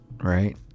right